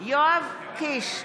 יואב קיש,